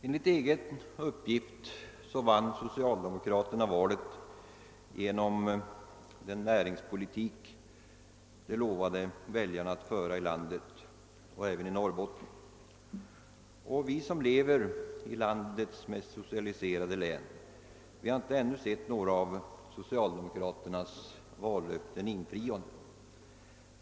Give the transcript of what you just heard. Enligt egen uppgift vann socialdemokraterna valet genom den näringspolitik de lovade väljarna att föra här i landet, således även i Norrbotten. Vi som lever i landets mest socialiserade län har inte sett några av socialdemokraternas vallöften infriade.